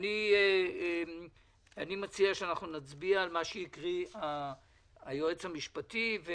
אני מציע שאנחנו נצביע על מה שהקריא היועץ המשפטי.